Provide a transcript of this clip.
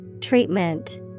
Treatment